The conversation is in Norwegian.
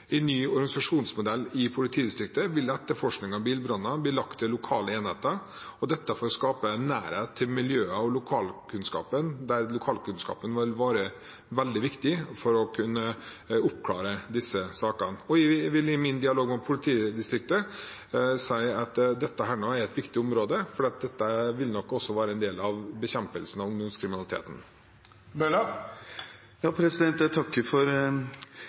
I ny organisasjonsmodell i politidistriktet vil etterforskning av bilbranner bli lagt til lokale enheter, dette for å skape en nærhet til miljøene og lokalkunnskapen, da lokalkunnskapen vil være veldig viktig for å kunne oppklare disse sakene. Jeg vil i min dialog med politidistriktet si at dette er et viktig område, for dette vil nok også være en del av bekjempelsen av ungdomskriminaliteten. Jeg takker for